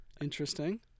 Interesting